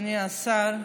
אדוני השר,